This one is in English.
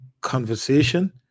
conversation